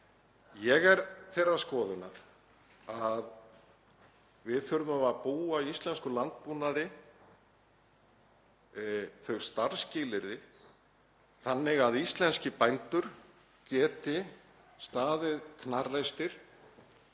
Ég er þeirrar skoðunar að við þurfum að búa íslenskum landbúnaði þau starfsskilyrði að íslenskir bændur geti staðið hnarreistir